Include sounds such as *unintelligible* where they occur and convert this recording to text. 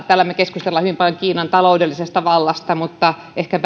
täällä me keskustelemme hyvin paljon kiinan taloudellisesta vallasta mutta ehkä *unintelligible*